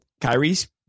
Kyrie's